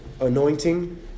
anointing